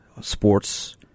sports